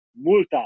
multa